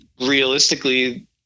realistically